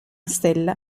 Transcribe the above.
stella